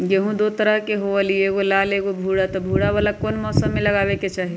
गेंहू दो तरह के होअ ली एगो लाल एगो भूरा त भूरा वाला कौन मौसम मे लगाबे के चाहि?